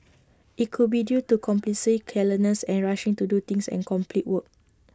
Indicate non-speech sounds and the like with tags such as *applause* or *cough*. IT could be due to *unintelligible* carelessness and rushing to do things and complete work